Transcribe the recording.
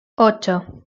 ocho